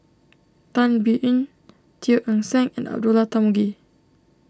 Tan Biyun Teo Eng Seng and Abdullah Tarmugi